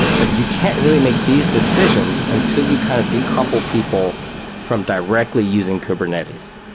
but you can't really make these decisions until you kind of decouple people from directly using kubernetes.